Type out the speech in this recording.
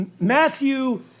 Matthew